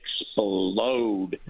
explode